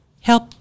help